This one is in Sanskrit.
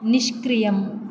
निष्क्रियम्